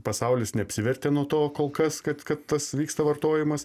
pasaulis neapsivertė nuo to kol kas kad kad tas vyksta vartojimas